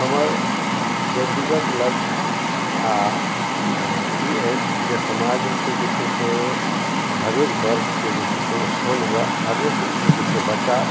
हमर व्यक्तिगत लक्ष्य आ ई अछि जे समाजके जे छै से हरेक वर्गके जे छै से उत्पन्न हुए हरेक जे छै से बच्चा